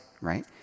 right